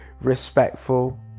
respectful